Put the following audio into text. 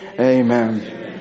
Amen